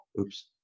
Oops